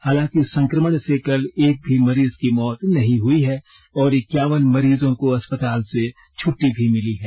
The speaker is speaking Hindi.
हालांकि संक्रमण से कल एक भी मरीज की मौत नहीं हुई है और एक्यावन मरीजों को अस्पताल से छुट्टी भी मिली है